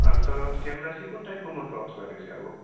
अन्त क्यामेरा चाहिँ कुन टाइपको मन पराउँछ भाइले चाहिँ अब